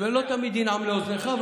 וזה לא תמיד ינעם לאוזניך.